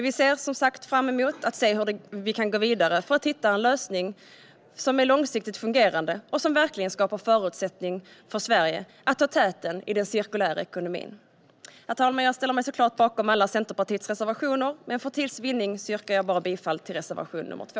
Vi ser som sagt fram emot att se hur vi kan gå vidare för att hitta en lösning som fungerar långsiktigt och verkligen skapar förutsättningar för Sverige att ta täten i den cirkulära ekonomin. Herr talman! Jag ställer mig såklart bakom alla Centerpartiets reservationer, men för tids vinnande yrkar jag bifall bara till reservation 2.